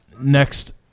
Next